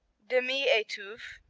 demi-etuve